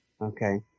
Okay